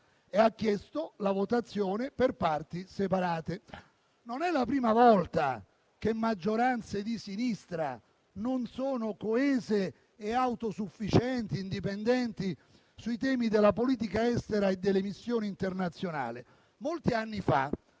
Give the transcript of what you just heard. e ha chiesto la votazione per parti separate. Non è la prima volta che maggioranze di sinistra non sono coese, autosufficienti e indipendenti sui temi della politica estera e delle missioni internazionali. Molti anni fa